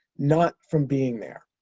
not from being there.